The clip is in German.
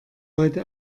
heute